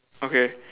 okay